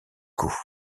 cou